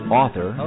author